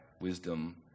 wisdom